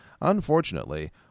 unfortunately